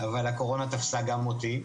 אבל הקורונה תפסה גם אותי.